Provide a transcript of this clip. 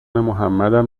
محمدم